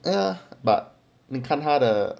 ya but then 你看他的